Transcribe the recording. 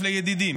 לידידים.